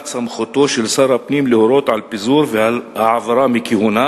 סמכותו של שר הפנים להורות על פיזור ועל העברה מכהונה,